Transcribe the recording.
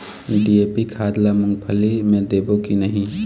DAP खाद ला मुंगफली मे देबो की नहीं?